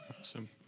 Awesome